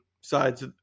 sides